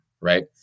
right